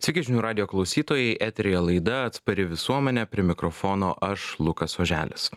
sveiki žinių radijo klausytojai eteryje laida atspari visuomenė prie mikrofono aš lukas oželis